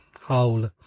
Whole